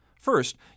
First